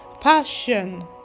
passion